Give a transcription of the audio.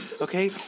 okay